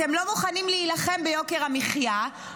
אתם לא מוכנים להילחם ביוקר המחיה,